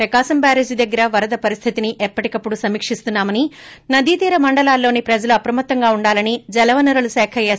ప్రకాశం barrage దగ్గర వరద పరెస్తితిని ఎప్పటికప్పుడు సమీక్షిస్తున్నామని నదీ తీర మండలాల్లోని ప్రజలు అప్రమ్తతంగా ఉండాలని జలవనరుల శాఖ ఎస్